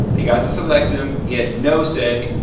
they got to select him. he had no say.